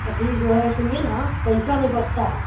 अथि जो है सुनिए ना पैसा नहीं बचता है